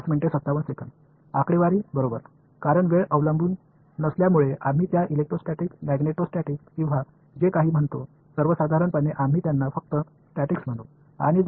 மாணவர் ஸ்டாடிக்ஸ் சரிதானே நேர சார்பு இல்லாததால் அவற்றை நாம் எலெக்ட்ரோஸ்டாடிக் மேக்னடோஸ்டாடிக்ஸ் அல்லது எப்படி வேண்டுமானாலும் அழைக்கலாம் பொதுவாக நாம் அவற்றை ஸ்டாடிக்ஸ் என்று அழைப்போம்